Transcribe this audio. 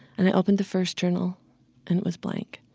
and i opened the first journal and it was blank.